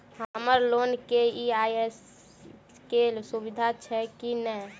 हम्मर लोन केँ ई.एम.आई केँ सुविधा छैय की नै?